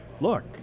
look